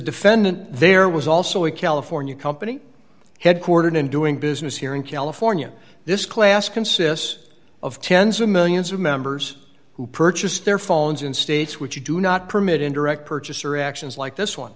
defendant there was also a california company headquartered in doing business here in california this class consists of tens of millions of members who purchased their phones in states which you do not permit in direct purchaser actions like this one